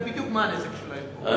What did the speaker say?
אתה יודע בדיוק מה הנזק שלהם פה.